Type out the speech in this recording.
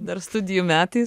dar studijų metais